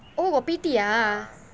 oh got P_T ah